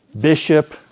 bishop